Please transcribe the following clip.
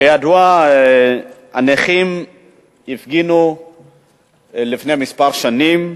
כידוע, הנכים הפגינו לפני שנים מספר,